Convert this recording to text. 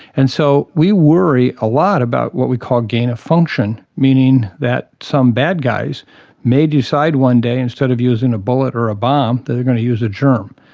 and so we worry a lot about what we call gain of function, meaning that some bad guys may decide one day instead of using a bullet or a bomb they're going to use a germ.